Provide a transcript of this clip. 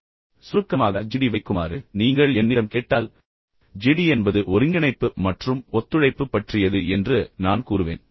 இப்போது சுருக்கமாக ஜிடி வைக்குமாறு நீங்கள் என்னிடம் கேட்டால் ஜிடி என்பது ஒருங்கிணைப்பு மற்றும் ஒத்துழைப்பு பற்றியது என்று நான் கூறுவேன்